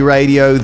Radio